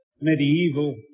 medieval